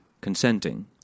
consenting